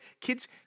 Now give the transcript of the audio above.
kids